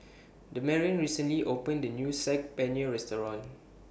Damarion recently opened A New Saag Paneer Restaurant